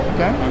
Okay